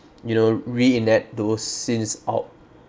you know reenact those scenes out